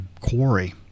quarry